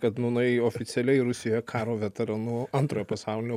kad nūnai oficialiai rusija karo veteranu antrojo pasaulinio